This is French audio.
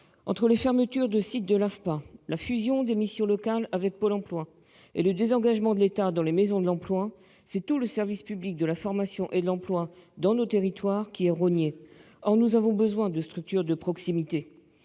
Entre les fermetures de sites de l'AFPA, la fusion des missions locales avec Pôle emploi et le désengagement de l'État dans les maisons de l'emploi, c'est tout le service public de la formation et de l'emploi dans nos territoires qui est rogné ! Or nous avons besoin de structures de proximité.